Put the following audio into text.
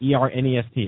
Ernest